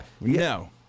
no